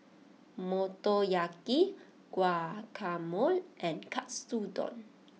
Motoyaki Guacamole and Katsudon